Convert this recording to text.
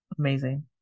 Amazing